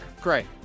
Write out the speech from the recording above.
Great